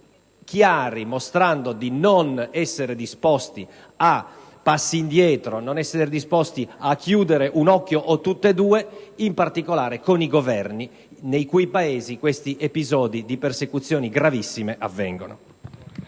chiari, mostrando di non essere disposti a passi indietro, a chiudere un occhio o tutti e due, in particolare con i Governi di Paesi in cui questi episodi di persecuzione gravissima avvengono.